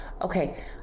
Okay